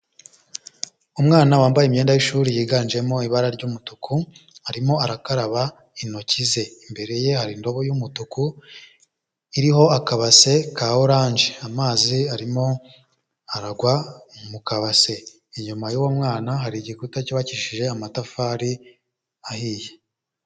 Umwana wambaye imyenda y'ishuri yiganjemo ibara ry'umutuku, arimo arakaraba intoki ze, imbere ye hari indobo yumutuku, iriho akabase ka oranje, amazi arimo aragwa mu kabase, inyuma y'uwo mwana hari igikuta cyubakishije amatafari ahiye.